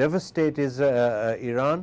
devastate is iran